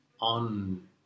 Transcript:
on